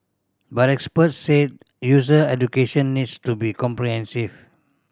but experts said user education needs to be comprehensive